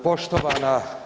Poštovana.